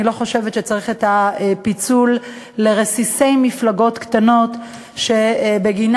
אני לא חושבת שצריך את הפיצול לרסיסי מפלגות קטנות שבגינן,